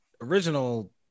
original